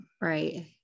right